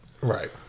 Right